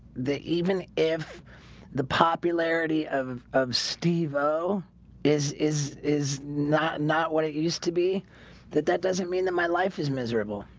the even if the popularity of of steve-o is is not not what it used to be that that doesn't mean that my life is miserable.